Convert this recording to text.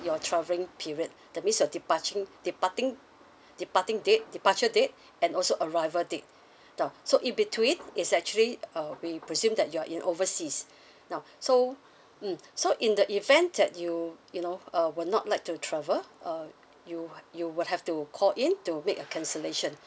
your travelling period that means your departure departing departing date departure date and also arrival date now so in between is actually uh we presume that you're in overseas now so mm so in the event that you you know uh will not like to travel uh you you will have to call in to make a cancellation